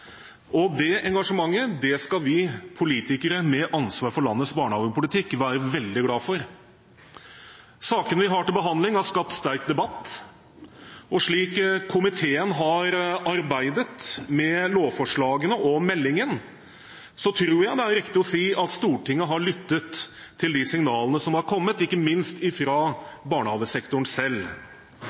og det engasjementet skal vi politikere med ansvaret for landets barnehagepolitikk være veldig glad for. Sakene vi har til behandling, har skapt sterk debatt, og slik komiteen har arbeidet med lovforslagene og meldingen, tror jeg det er riktig å si at Stortinget har lyttet til de signalene som har kommet, ikke minst fra barnehagesektoren selv.